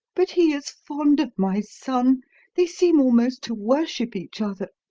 but he is fond of my son they seem almost to worship each other.